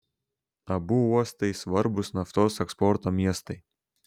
abu uostai svarbūs naftos eksporto miestai